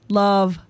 love